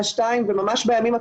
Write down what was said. וממש בימים הקרובים,